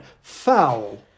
foul